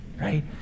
right